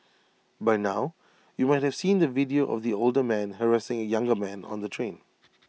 by now you might have seen the video of the older man harassing A younger man on the train